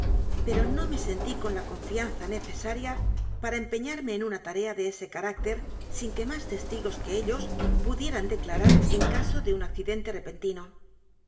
pero no me sentí con la confianza necesaria para empeñarme en u n a tarea de ese carácter sin que más testigos que ellos pudieran declarar en caso de un accidente repentino